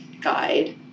guide